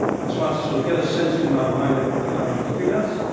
i try to sort of get a sense in my mind of what the guy was looking at.